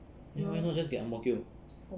then why not just get ang mo kio